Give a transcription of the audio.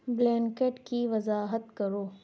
blanket کی وضاحت کرو